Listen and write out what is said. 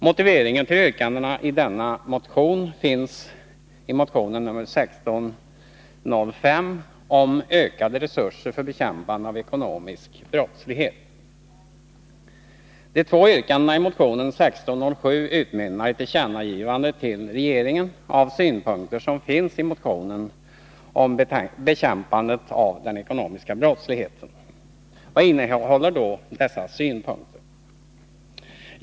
Motiveringen till yrkandena i denna motion finns i motionen 1605 om ökade resurser för bekämpande av ekonomisk brottslighet. De två yrkandena i motionen 1607 utmynnar i krav på tillkännagivande till regeringen av synpunkter som finns i motionen om bekämpandet av den ekonomiska brottsligheten. Vad innehåller då dessa synpunkter?